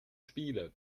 spiele